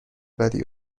بدی